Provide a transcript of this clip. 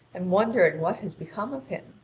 and wondering what has become of him.